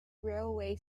railway